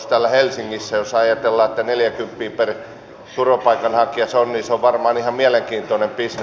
jos ajatellaan että neljäkymppiä per turvapaikanhakija se on niin se on varmaan ihan mielenkiintoinen bisnes